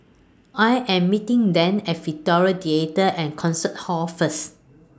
I Am meeting Dane At Victoria Theatre and Concert Hall First